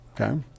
Okay